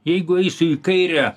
jeigu eisiu į kairę